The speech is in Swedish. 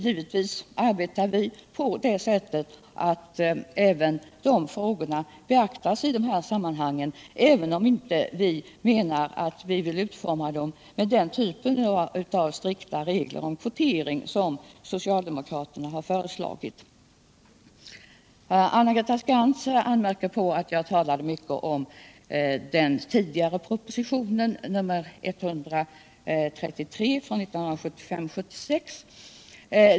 Givetvis arbetar vi på det sättet att även de frågorna beaktas i sådana sammanhang, även om vi inte menar att vi vill utforma dem med strikta regler om kvotering som socialdemokraterna har föreslagit. Anna-Greta Skantz anmärkte på att jag talade mycket om den tidigare propositionen, nr 133 från 1975/76.